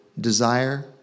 desire